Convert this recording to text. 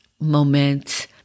moment